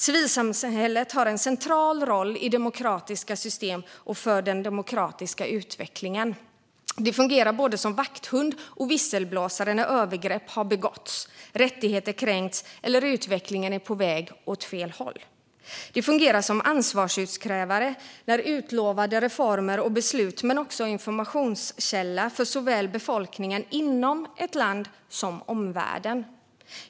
Civilsamhället har en central roll i demokratiska system och för den demokratiska utvecklingen. Det fungerar som både vakthund och visselblåsare när övergrepp har begåtts, rättigheter kränkts eller utvecklingen är på väg åt fel håll. Det fungerar som ansvarsutkrävare när det gäller utlovade reformer och beslut men också som informationskälla för såväl befolkningen inom ett land som omvärlden.